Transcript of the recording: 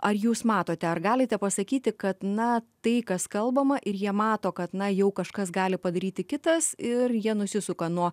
ar jūs matote ar galite pasakyti kad na tai kas kalbama ir jie mato kad na jau kažkas gali padaryti kitas ir jie nusisuka nuo